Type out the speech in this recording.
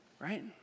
Right